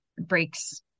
breaks